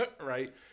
right